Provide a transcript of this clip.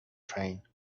train